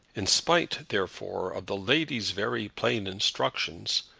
in spite, therefore, of the lady's very plain instructions,